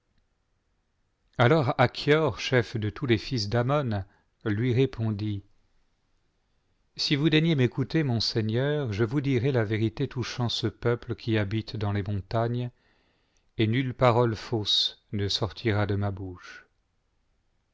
veritatem achior chef de tous les fils dam lui répondit ri vous daignez in'écouter mon seisneur je vous dirai la vérité touchant ce peuple qui habite dans les montagnes et nulle parole fausse ne sortira de ma bouche